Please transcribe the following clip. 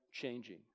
changing